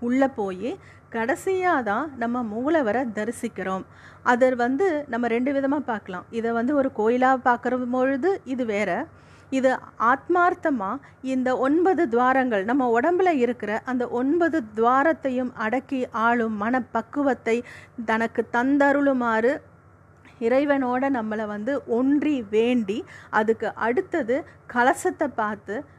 உள்ளே போயி, கடைசியாதான் நம்ம மூளை வரை தரிசிக்கிறோம். அதை வந்து நம்ம ரெண்டு விதமா பார்க்கலாம். இதை வந்து ஒரு கோயிலா பார்க்கறபொழுது இது வேற. இது ஆத்மார்த்தமா இந்த ஒன்பது துவாரங்கள், நம்ம உடம்புல இருக்கிற அந்த ஒன்பது துவாரத்தையும் அடக்கி ஆளும் மனப்பக்குவத்தை தனக்கு தந்தருளுமாறு இறைவனோட நம்மளை வந்து ஒன்றி வேண்டி, அதுக்கு அடுத்தது கலசத்தை பார்த்து